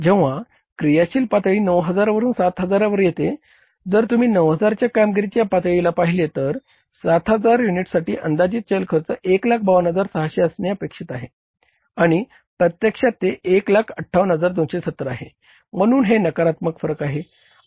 जेंव्हा क्रियाशील पातळी 9000 वरून 7000 वर येते जर तुम्ही 9000 च्या कामगिरी पातळीला पाहिले तर 7000 युनिट्ससाठी अंदाजित चल खर्च 152600 असणे अपेक्षित आहे आणि प्रत्यक्षात ते 158270 आहे म्हणून हे नकारात्मक फरक आहे